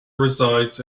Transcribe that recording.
resides